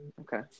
Okay